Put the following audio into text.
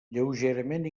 lleugerament